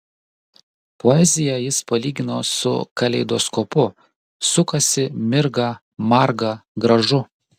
poeziją jis palygino su kaleidoskopu sukasi mirga marga gražu